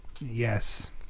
Yes